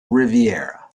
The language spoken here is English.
riviera